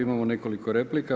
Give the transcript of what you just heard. Imamo nekoliko replika.